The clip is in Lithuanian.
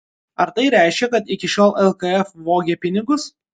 ar tai reiškia kad iki šiol lkf vogė pinigus